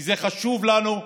כי זה חשוב לנו,